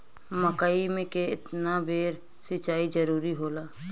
मकई मे केतना बेर सीचाई जरूरी होला?